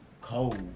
cold